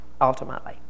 ultimately